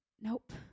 nope